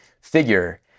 figure